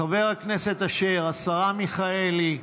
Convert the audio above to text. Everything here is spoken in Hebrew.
חבר הכנסת אשר, השרה מיכאלי,